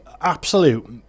Absolute